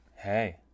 Hey